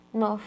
no